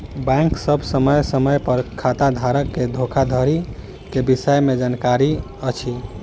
bank सभ समय समय पर खाताधारक के धोखाधड़ी के विषय में जानकारी अछि